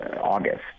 august